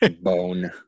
bone